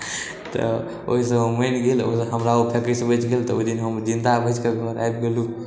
तऽ ओहिसँ ओ मानि गेल आओर हमरा ओ फेकयसँ बचि गेल तऽ ओहि दिन हम जिन्दा बचि कऽ घर आबि गेलहुँ